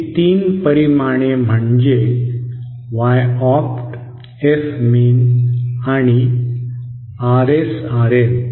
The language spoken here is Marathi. ही तीन परिमाणे म्हणजे Y ऑप्ट F मीन आणि RS RN